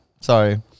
Sorry